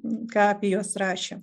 ką apie juos rašė